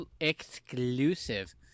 exclusive